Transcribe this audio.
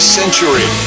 century